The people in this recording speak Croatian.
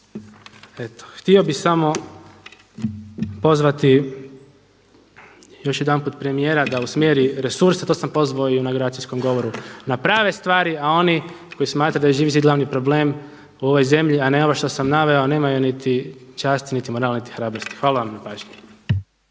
htio bih samo pozvati još jedanput premijera da usmjeri resurse, to sam pozvao i u inauguracijskom govoru na prave stvari a oni koji smatraju da Živi zid glavni problem u ovoj zemlji a ne ovo što sam naveo nemaju niti časti, niti morala, niti hrabrosti. Hvala vam na pažnji.